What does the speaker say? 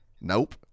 Nope